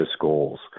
goals